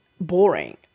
boring